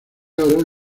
oro